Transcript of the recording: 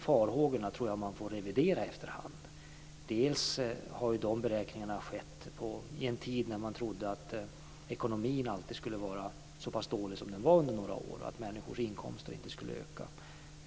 Jag tror att man får revidera de farhågorna efterhand. De beräkningarna har skett i en tid när man trodde att ekonomin alltid skulle vara så dålig som den var under några år och att människors inkomster inte skulle öka.